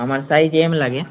আমার size M লাগে